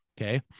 Okay